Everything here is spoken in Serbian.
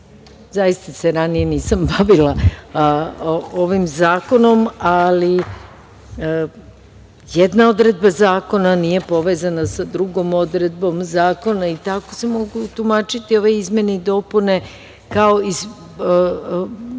Zaista se ranije nisam bavila ovim zakonom, ali jedna odredba zakona nije povezana sa drugom odredbom zakona i tako se mogu tumačiti ove izmene i dopune, kao i